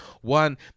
one